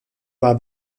war